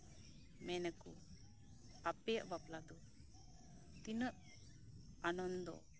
ᱢᱮᱱᱟᱠᱚ ᱟᱯᱮᱭᱟᱜ ᱵᱟᱯᱞᱟ ᱫᱚ ᱛᱚᱱᱟᱹᱜ ᱟᱱᱚᱱᱫᱚ